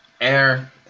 air